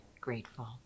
Grateful